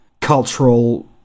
cultural